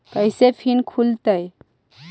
कैसे फिन खुल तय?